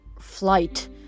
Flight